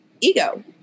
ego